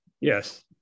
Yes